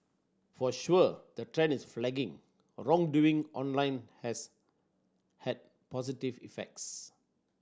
for sure the trend in flagging wrongdoing online has had positive effects